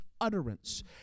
utterance